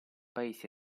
paesi